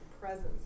presence